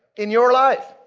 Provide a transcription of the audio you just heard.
in your life.